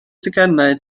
teganau